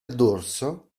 dorso